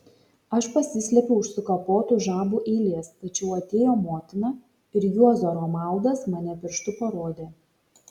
aš pasislėpiau už sukapotų žabų eilės tačiau atėjo motina ir juozo romaldas mane pirštu parodė